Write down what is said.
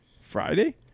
friday